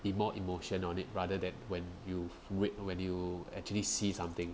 be more emotion on it rather than when you re~ when you actually see something